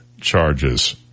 charges